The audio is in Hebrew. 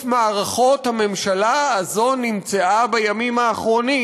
מערכות הממשלה הזאת נמצאה בימים האחרונים.